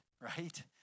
right